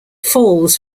falls